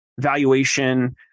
valuation